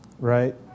Right